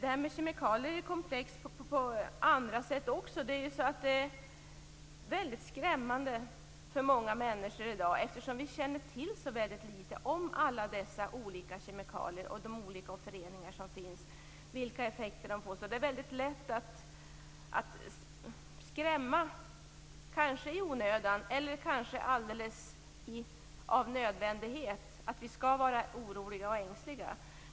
Kemikaliefrågan är komplex också på andra sätt. Det är för många människor i dag skrämmande att vi känner till så litet om alla de olika kemikalierna och föreningarna av dem som finns samt vilka effekter de får. Det är lätt att skrämmas, kanske i onödan eller kanske alldeles av nödvändighet - vi skall vara oroliga och ängsliga.